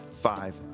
five